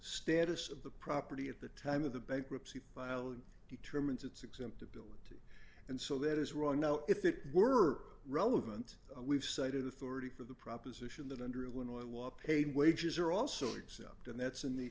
status of the property at the time of the bankruptcy filing determines its acceptability and so that is wrong no if it were relevant we've cited authority for the proposition that under illinois law paid wages are also except and that's in the